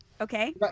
Okay